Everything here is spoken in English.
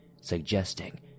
suggesting